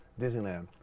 Disneyland